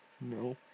No